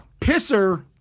Pisser